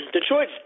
Detroit